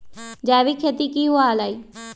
जैविक खेती की हुआ लाई?